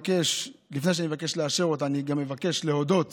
לפני שאני מבקש לאשר אותה, אני מבקש להודות